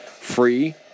free